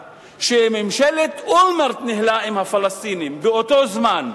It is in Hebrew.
שממשלת אולמרט ניהלה עם הפלסטינים באותו זמן,